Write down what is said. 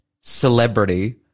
celebrity